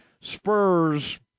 Spurs